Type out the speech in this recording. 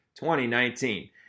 2019